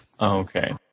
Okay